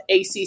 ACC